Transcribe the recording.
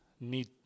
need